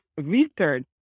research